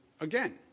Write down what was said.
again